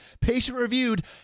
patient-reviewed